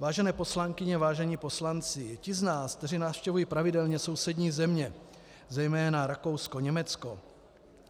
Vážené poslankyně, vážení poslanci, ti z nás, kteří navštěvují pravidelně sousední země, zejména Rakousko, Německo,